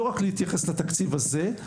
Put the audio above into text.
לא רק להתייחס לתקציב הזה,